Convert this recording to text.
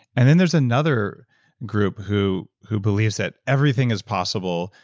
and then there's another group who who believes that everything is possible,